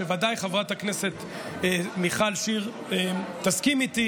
שבוודאי חברת הכנסת מיכל שיר תסכים איתי